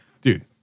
Dude